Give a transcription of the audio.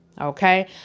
okay